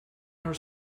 her